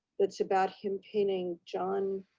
that's about him painting john,